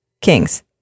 kings